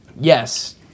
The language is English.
yes